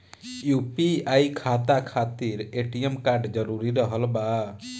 UPI खाता खातिर ATM card रहल जरूरी बा?